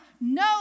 No